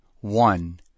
One